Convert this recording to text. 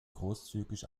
großzügig